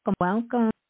welcome